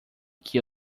que